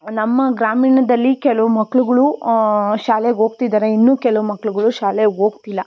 ನಮ್ಮ ಗ್ರಾಮೀಣದಲ್ಲಿ ಕೆಲವು ಮಕ್ಳುಗಳು ಶಾಲೆಗೆ ಹೋಗ್ತಿದಾರೆ ಇನ್ನೂ ಕೆಲವು ಮಕ್ಕಳುಗಳು ಶಾಲೆಗೆ ಹೋಗ್ತಿಲ್ಲ